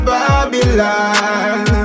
Babylon